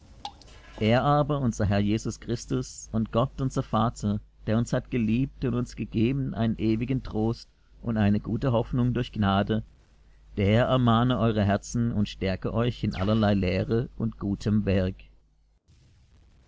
er aber unser herr jesus christus und gott unser vater der uns hat geliebt und uns gegeben einen ewigen trost und eine gute hoffnung durch gnade der ermahne eure herzen und stärke euch in allerlei lehre und gutem werk